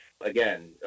again